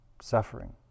suffering